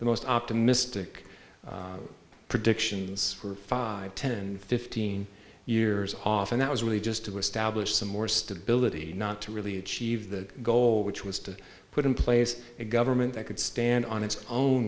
the most optimistic predictions were five ten fifteen years off and that was really just to establish some more stability not to really achieve the goal which was to put in place a government that could stand on its own